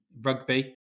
rugby